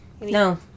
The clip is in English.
no